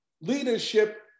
Leadership